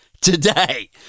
today